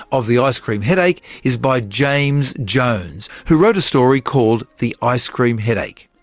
of the ice-cream headache is by james jones, who wrote a story called the ice-cream headache.